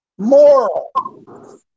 Moral